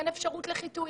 אין אפשרות לחיטוי,